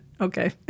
okay